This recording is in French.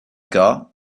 cas